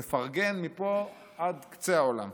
אני מפרגן מפה עד קצה העולם.